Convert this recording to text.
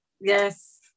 Yes